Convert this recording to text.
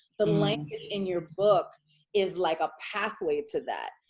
the language in your book is like a pathway to that.